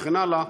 וכן הלאה.